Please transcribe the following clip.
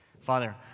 Father